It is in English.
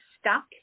stuck